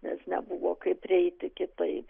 nes nebuvo kaip prieiti kitaip